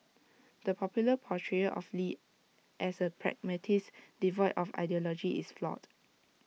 the popular portrayal of lee as A pragmatist devoid of ideology is flawed